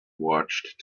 watched